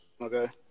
okay